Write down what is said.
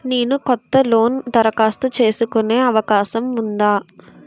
నేను కొత్త లోన్ దరఖాస్తు చేసుకునే అవకాశం ఉందా?